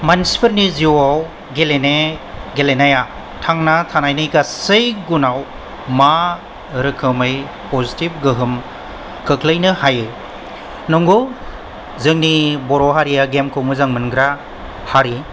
मानसिफोरनि जिउआव गेलेनाया थांना थानायनि गासै गुनाव मा रोखोमै पजिटिभ गोहोम खोख्लैनो हायो नंगौ जोंनि बर' हारिया गेमखौ मोजां मोनग्रा हारि